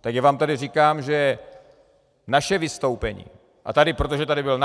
Tak já vám tady říkám, že naše vystoupení a protože tady byl